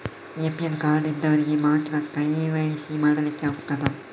APL card ಇದ್ದವರಿಗೆ ಮಾತ್ರ KYC ಮಾಡಲಿಕ್ಕೆ ಆಗುತ್ತದಾ?